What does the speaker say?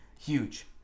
Huge